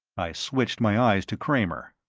i switched my eyes to kramer.